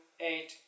eight